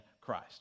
Christ